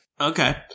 Okay